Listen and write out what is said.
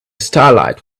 starlight